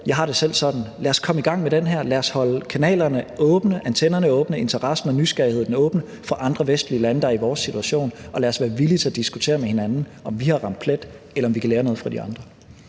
Jeg har det selv sådan: Lad os komme i gang med det her, lad os holde kanalerne åbne og have antennerne ude, lad interessen og nysgerrigheden være åbne i forhold til andre vestlige lande, der er i samme situation, og lad os være villige til at diskutere med hinanden, om vi har ramt plet, eller om vi kan lære noget af de andre.